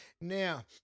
Now